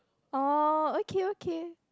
oh okay okay